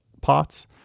pots